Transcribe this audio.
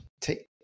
take